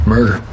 Murder